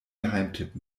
geheimtipp